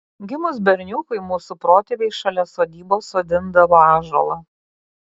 gimus berniukui mūsų protėviai šalia sodybos sodindavo ąžuolą